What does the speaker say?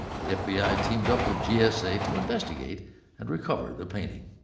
the fbi teamed up with gsa to investigate and recover the painting.